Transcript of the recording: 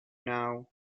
now